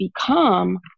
become